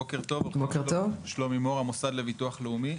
בוקר טוב, שלומי מור, המוסד לביטוח לאומי.